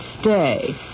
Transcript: stay